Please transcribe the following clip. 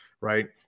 right